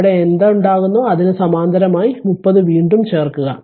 അവിടെ എന്തെങ്കിലുമുണ്ടെങ്കിൽ അതിന് സമാന്തരമായി 30 വീണ്ടും ചേർക്കുക